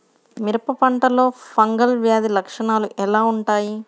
మిరప పంటలో ఫంగల్ వ్యాధి లక్షణాలు ఎలా వుంటాయి?